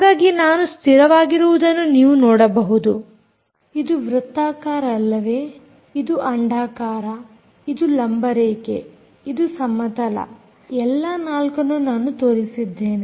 ಹಾಗಾಗಿ ನಾನು ಸ್ಥಿರವಾಗಿರುವುದನ್ನು ನೀವು ನೋಡಬಹುದು ಇದು ವೃತ್ತಾಕಾರ ಅಲ್ಲವೇ ಇದು ಅಂಡಾಕರ ಇದು ಲಂಬರೇಖೆ ಇದು ಸಮತಲ ಎಲ್ಲಾ ನಾಲ್ಕನ್ನು ನಾನು ತೋರಿಸಿದ್ದೇನೆ